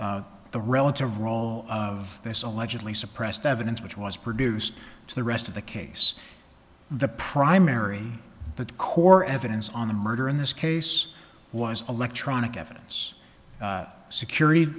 concerns the relative role of this allegedly suppressed evidence which was produced to the rest of the case the primary the core evidence on the murder in this case was electronic evidence security